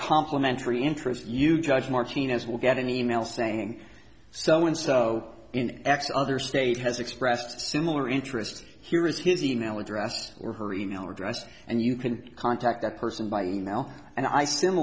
complementary interests you judge martinez will get an email saying so and so in x other state has expressed similar interests here is his email address or her email address and you can contact that person by email and i